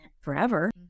forever